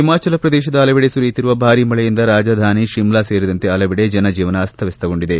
ಹಿಮಾಚಲ ಪ್ರದೇಶದ ಹಲವೆಡೆ ಸುರಿಯುತ್ತಿರುವ ಭಾರಿ ಮಳೆಯಿಂದ ರಾಜಧಾನಿ ಶಿಮ್ಲಾ ಸೇರಿದಂತೆ ಹಲವೆಡೆ ಜನಜೀವನ ಅಸ್ತವ್ಲಸ್ತಗೊಂಡಿದೆ